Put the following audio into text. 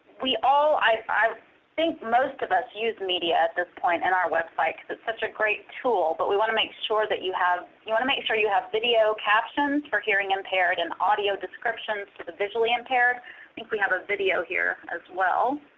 we all i i think most of us use media at this point in our website, because it's such a great tool, but we want to make sure that you have you want to make sure you have video captions for hearing impaired and audio descriptions to the visually impaired. i think we have a video here as well.